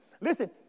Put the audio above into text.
Listen